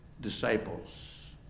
disciples